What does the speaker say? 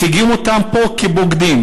מציגים אותם פה כבוגדים.